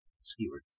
skewered